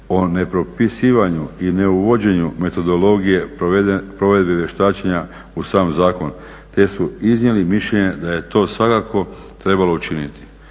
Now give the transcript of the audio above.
o ne propisivanju i ne uvođenju metodologije provedbe vještačenja u sam zakon te su iznijeli mišljenje da je to svakako trebalo učiniti.